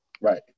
Right